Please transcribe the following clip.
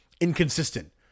inconsistent